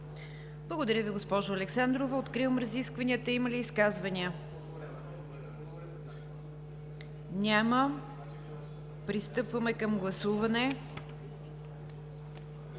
Благодаря Ви, госпожо Александрова. Откривам разискванията. Има ли изказвания? Няма. Подлагам на гласуване